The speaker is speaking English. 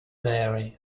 vary